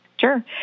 Sure